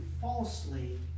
falsely